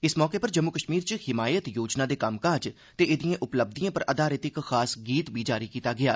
इस मौके उप्पर जम्मू कश्मीर च हिमायत योजना दे कम्मकाज ते एह्दिएं उपलब्यिएं पर आधारित इक खास गीत बी जारी कीता गेआ